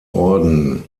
orden